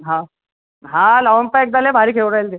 हा हा लावून पहा एकदा लय भारी खेळून राहिले ते